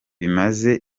bibabaza